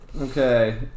Okay